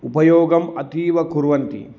उपयोगम् अतीव कुर्वन्ति